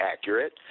accurate